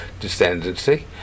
descendancy